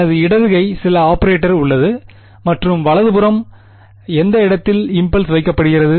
எனக்கு இடது கை சில ஆபரேட்டர் உள்ளது மற்றும் வலது புறம் எந்த இடத்தில் இம்பல்ஸ் வைக்கப்படுகிறது